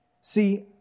See